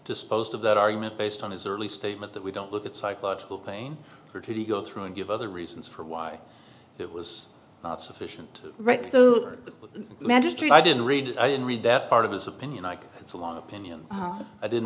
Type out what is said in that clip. disposed of that argument based on his early statement that we don't look at psychological pain or to go through and give other reasons for why it was not sufficient right so the magistrate i didn't read i didn't read that part of his opinion like it's a long opinion i didn't